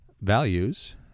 values